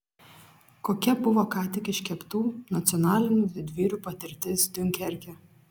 kokia buvo ką tik iškeptų nacionalinių didvyrių patirtis diunkerke